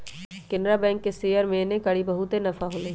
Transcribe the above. Canara bank के share में एन्नेकारी बहुते नफा होलई